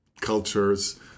cultures